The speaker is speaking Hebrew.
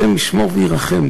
השם ישמור וירחם.